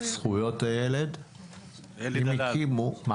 אלי דלל.